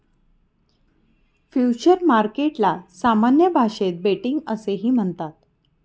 futures मार्केटला सामान्य भाषेत बेटिंग असेही म्हणतात